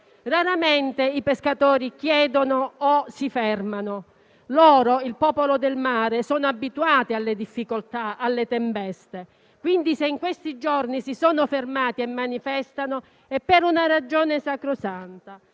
Raramente i pescatori chiedono o si fermano. Loro, il popolo del mare, sono abituati alle difficoltà e alle tempeste, quindi se in questi giorni si sono fermati e manifestano è per una ragione sacrosanta.